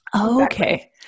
okay